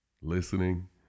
listening